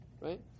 right